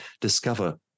discover